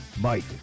Mike